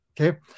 Okay